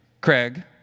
Craig